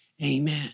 Amen